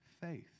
faith